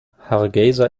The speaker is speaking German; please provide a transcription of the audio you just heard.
hargeysa